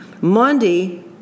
Monday